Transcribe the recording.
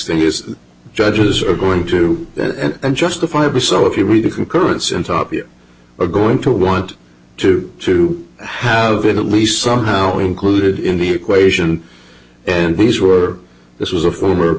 thing is judges are going to and justifiably so if you read the concurrence and top you are going to want to to have at least somehow included in the equation and be sure this was a former